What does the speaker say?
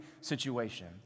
situation